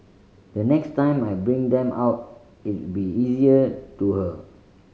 the next time I bring them out it'll be easier to her